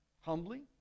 humbly